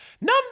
Number